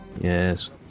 Yes